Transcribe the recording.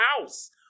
house